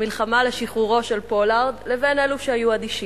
המלחמה לשחרורו של פולארד, לבין אלו שהיו אדישים.